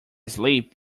slip